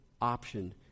option